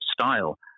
style